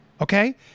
okay